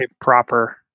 proper